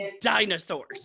dinosaurs